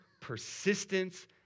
persistence